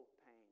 pain